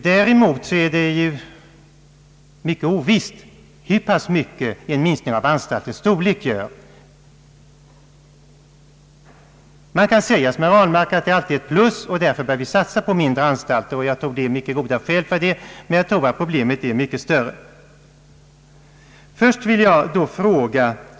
Däremot är det högst ovisst hur pass mycket en minskning av anstaltens storlek betyder för behandlingsresultatet. Man kan säga som herr Ahlmark, att en minskning alltid är ett plus, och därför bör vi satsa på mindre anstalter. Mycket goda skäl finns säkert för den uppfattningen. Men jag tror att problemet är betydligt större.